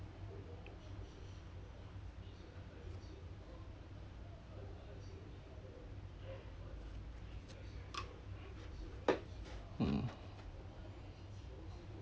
mm